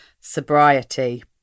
sobriety